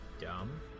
dumb